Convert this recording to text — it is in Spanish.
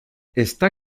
está